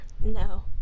No